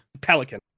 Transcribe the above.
Pelican